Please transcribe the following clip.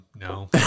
No